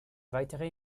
weitere